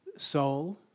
Soul